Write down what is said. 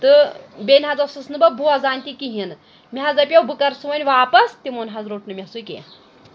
تہٕ بیٚیہِ نہ حظ ٲسٕس نہٕ بہٕ بوزان تہِ کِہیٖنۍ نہٕ مےٚ حظ دپیو بہٕ کَرٕ سُہ وۄنۍ واپَس تِمو نہ حظ روٚٹ نہٕ مےٚ سُہ کینٛہہ